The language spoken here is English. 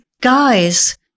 guys